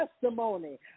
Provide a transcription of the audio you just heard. testimony